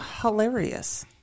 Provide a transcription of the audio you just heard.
hilarious